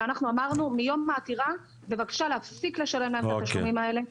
אלא אנחנו אמרנו מיום העתירה בבקשה להפסיק לשלם להם את התשלומים האלה.